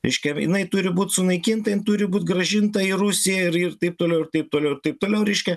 reiškia jinai turi būt sunaikinta ir turi būti grąžinta į rusiją ir taip toliau ir taip toliau taip toliau reiškia